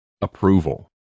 approval